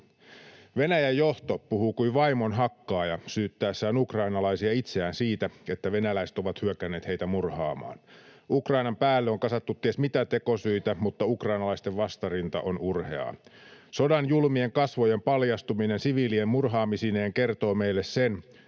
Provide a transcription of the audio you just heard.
Venäjän johto puhuu kuin vaimonhakkaaja syyttäessään ukrainalaisia itseään siitä, että venäläiset ovat hyökänneet heitä murhaamaan. Ukrainan päälle on kasattu ties mitä tekosyitä, mutta ukrainalaisten vastarinta on urheaa. Sodan julmien kasvojen paljastuminen siviilien murhaamisineen kertoo meille sen,